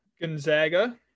Gonzaga